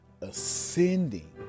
ascending